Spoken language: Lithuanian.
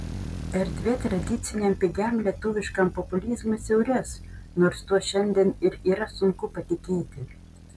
erdvė tradiciniam pigiam lietuviškam populizmui siaurės nors tuo šiandien ir yra sunku patikėti